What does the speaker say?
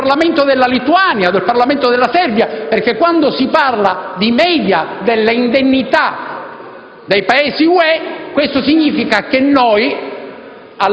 del Parlamento della Lituania o del Parlamento della Serbia, perché, quando si parla di media delle indennità dei Paesi UE, questo significa che noi,